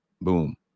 Boom